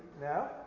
now